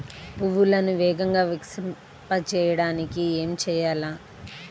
పువ్వులను వేగంగా వికసింపచేయటానికి ఏమి చేయాలి?